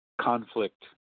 conflict